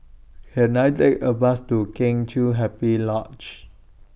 Can I Take A Bus to Kheng Chiu Happy Lodge